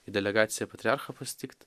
į delegaciją patriarchą pasitikt